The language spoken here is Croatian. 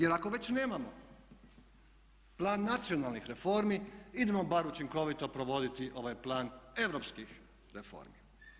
Jer ako već nemamo Plan nacionalnih reformi idemo bar učinkovito provoditi ovaj Plan europskih reformi.